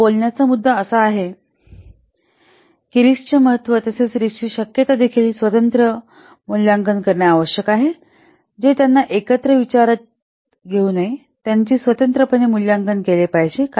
तर बोलण्याचा मुद्दा असा आहे की रिस्कचे महत्त्व तसेच रिस्कची शक्यता देखील त्यांचे स्वतंत्र मूल्यांकन करणे आवश्यक आहे जे त्यांना एकत्र विचारात घेऊ नये त्यांनी स्वतंत्रपणे मूल्यांकन केले पाहिजे